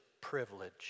privilege